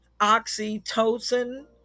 oxytocin